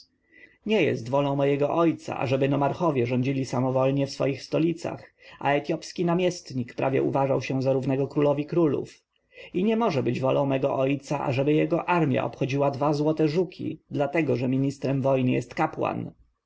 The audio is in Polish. nie jest wolą mojego ojca ażeby nomarchowie rządzili samowolnie w swoich stolicach a etiopski namiestnik prawie uważał się za równego królowi królów i nie może być wolą mego ojca ażeby jego armja obchodziła dwa złote żuki dlatego że ministrem wojny jest kapłan